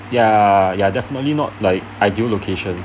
ya ya definitely not like ideal location